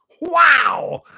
Wow